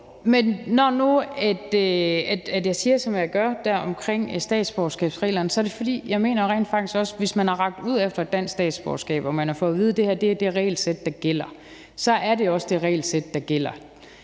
Men når nu, jeg siger, som jeg gør omkring statsborgerskabsreglerne, er det, fordi jeg rent faktisk også mener, at hvis man har rakt ud efter et dansk statsborgerskab og man har fået at vide, at det her er det regelsæt, der gælder, så er det også det regelsæt, der gælder.